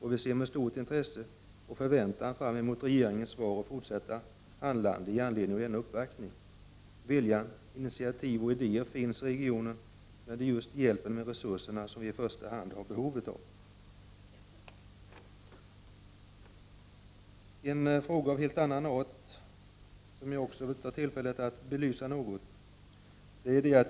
Det är med stort intresse och förväntan som vi alla ser fram emot regeringens svar och fortsatta handlande i anledning av denna uppvaktning. Viljan, initiativ och idéer finns i regionen, men det är just hjälp med resurser som det i första hand är behov av. Jag vill också ta tillfället i akt att något belysa en fråga av en helt annan art.